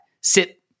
sit